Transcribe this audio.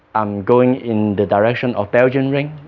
i'm going in the direction of belgian ring,